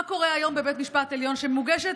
מה קורה היום בבית המשפט העליון כשמוגשת